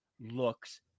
looks